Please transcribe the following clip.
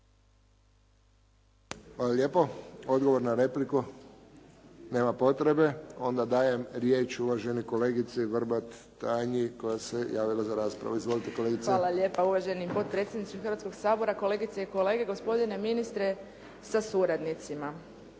Hvala lijepo. Odgovor na repliku, nema potrebe. Onda dajem riječ uvaženoj kolegici Vrbat Tanji koja se javila za raspravu. Izvolite kolegice. **Vrbat Grgić, Tanja (SDP)** Hvala lijepa uvaženi potpredsjedniče Hrvatskog sabora, kolegice i kolege, gospodine ministre sa suradnicima.